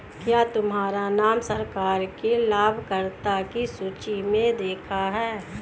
क्या तुम्हारा नाम सरकार की लाभकर्ता की सूचि में देखा है